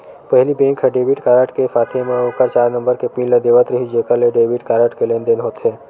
पहिली बेंक ह debit card के साथे म ओखर चार नंबर के पिन ल देवत रिहिस जेखर ले डेबिट कारड ले लेनदेन होथे